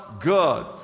good